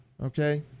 Okay